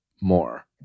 more